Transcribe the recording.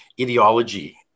ideology